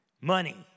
money